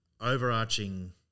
overarching